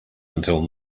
until